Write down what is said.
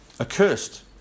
Accursed